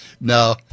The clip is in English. No